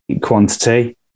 quantity